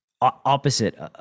opposite